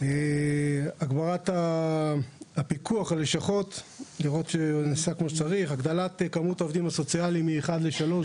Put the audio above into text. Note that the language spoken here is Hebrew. הגברת הפיקוח על לשכות; הגדלת כמות העובדים הסוציאליים מאחד לשלושה,